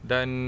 Dan